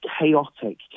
chaotic